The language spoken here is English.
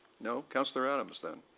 no. councillor adams then.